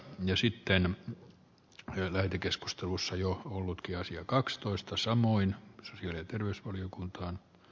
ne sitten heillekin keskustelussa jo ollutkin osio kakstoista samoin susi ja terveysvaliokuntaan